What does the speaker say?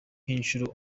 inshuro